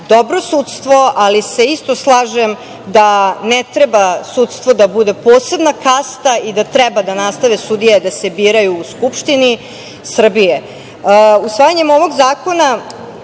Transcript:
dobro sudstvo, ali se isto slažem da ne treba sudstvo da bude posebna kasta i da treba da nastave sudije da se biraju u Skupštini